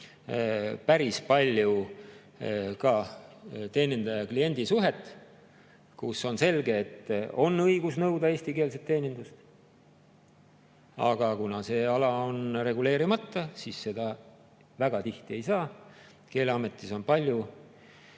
päris palju ka teenindaja ja kliendi suhet. On selge, et seal on õigus nõuda eestikeelset teenindust. Aga kuna see ala on reguleerimata, siis seda väga tihti ei saa. Keeleametis on palju-palju